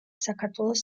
საქართველოს